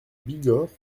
bigorre